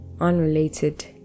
unrelated